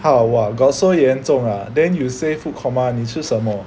!huh! !wah! got so 严重 ah then you say food coma 你吃什么